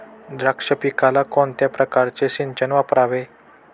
द्राक्ष पिकाला कोणत्या प्रकारचे सिंचन वापरावे?